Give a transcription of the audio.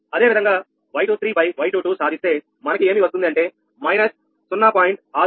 అదేవిధంగా Y23 Y22 సాధిస్తే మనకి ఏమి వస్తుంది అంటే మైనస్ 0